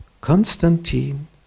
Constantine